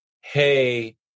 hey